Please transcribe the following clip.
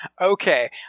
Okay